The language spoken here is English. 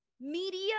media